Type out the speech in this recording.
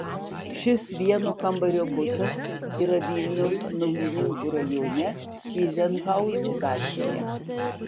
šis vieno kambario butas yra vilniaus naujininkų rajone tyzenhauzų gatvėje